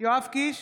יואב קיש,